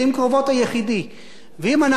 ואם אנחנו רואים יום אחרי יום בעיתונים